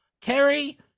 Carrie